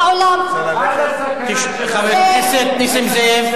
הסכנה שלנו, חבר הכנסת נסים זאב.